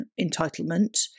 entitlement